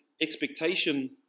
expectation